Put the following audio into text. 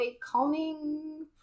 calming